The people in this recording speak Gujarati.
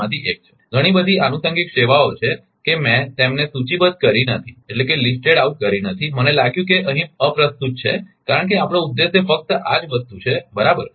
તેમાંથી એક છે ઘણી બધી આનુષંગિક સેવાઓ છે કે મેં તેમને સૂચિબદ્ધ કરી નથી મને લાગ્યું કે તે અહીં અપ્રસ્તુત છે કારણ કે આપણો ઉદ્દેશ ફક્ત આ વસ્તુ જ છે બરાબર